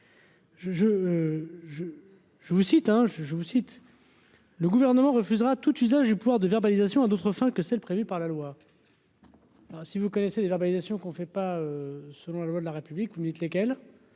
je vous cite. Le gouvernement refusera tout usage du pouvoir de verbalisation à d'autres fins que celles prévues par la loi. Si vous connaissez des verbalisations qu'on ne fait pas selon la loi de la République ou lesquels